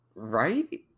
Right